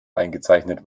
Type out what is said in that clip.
eingezeichnet